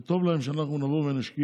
וזה טוב להם שאנחנו נבוא ונשקיע.